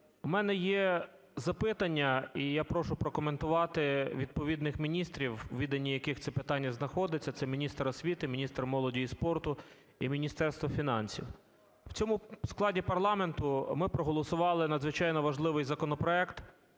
У мене є запитання. І я прошу прокоментувати відповідних міністрів, у віданні яких це питання знаходиться, це міністр освіти, міністр молоді і спорту і Міністерство фінансів. В цьому складі парламенту ми проголосували надзвичайно важливий законопроект